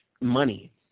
money